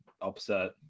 upset